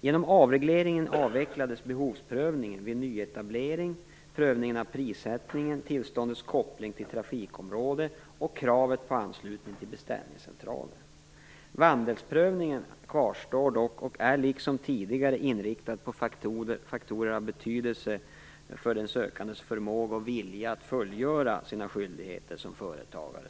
Genom avregleringen avvecklades behovsprövningen vid nyetablering, prövningen av prissättningen, tillståndens koppling till trafikområde och kravet på anslutning till beställningscentral. Vandelsprövningen kvarstår dock och är, liksom tidigare, inriktad på faktorer av betydelse för den sökandes förmåga och vilja att fullgöra sina skyldigheter som företagare.